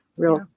Real